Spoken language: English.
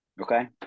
Okay